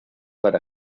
para